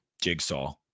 Jigsaw